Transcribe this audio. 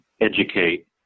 educate